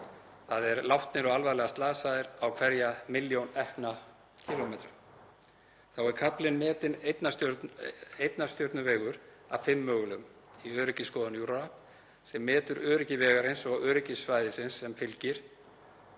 þ.e. látnir og alvarlega slasaðir á hverja milljón ekna kílómetra. Þá er kaflinn metinn einnar stjörnu vegur af fimm mögulegum í öryggisskoðun EuroRAP, sem metur öryggi vegarins og öryggissvæðisins sem fylgir